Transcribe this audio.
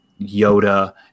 yoda